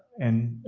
and